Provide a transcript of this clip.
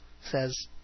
says